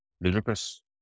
ludicrous